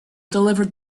delivered